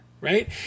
right